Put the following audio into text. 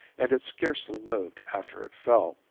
and it scarcely moved after it fell.